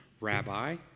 Rabbi